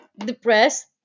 depressed